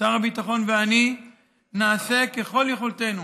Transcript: שר הביטחון ואני נעשה ככל יכולתנו